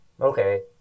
okay